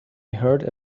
heard